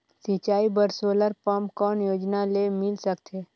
सिंचाई बर solar pump कौन योजना ले मिल सकथे?